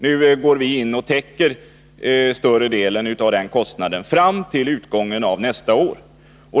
Nu går vi in och täcker större delen av den kostnaden R : 20 maj 1981 fram till utgången av nästa år.